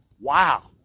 Wow